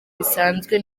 bisanzwe